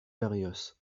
berrios